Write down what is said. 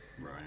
Right